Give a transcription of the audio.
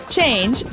Change